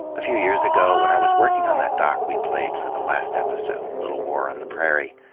a few years ago, when i was working on that doc we played for the last episode, little war on the prairie,